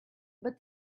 but